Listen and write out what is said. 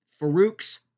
Farouk's